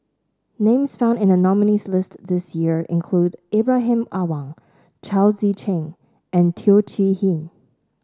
names found in the nominees' list this year include Ibrahim Awang Chao Tzee Cheng and Teo Chee Hean